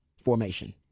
formation